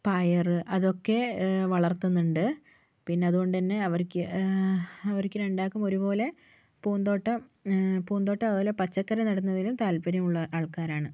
പയർ അതൊക്കെ വളർത്തുന്നുണ്ട് പിന്നെ അതുകൊണ്ട് തന്നെ അവർക്ക് അവർക്ക് രണ്ടാൾക്കും ഒരുപോലെ പൂന്തോട്ടം പൂന്തോട്ടം അതുപോലെ പച്ചക്കറി നടുന്നതിലും താല്പര്യമുള്ള ആൾക്കാരാണ്